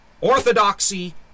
orthodoxy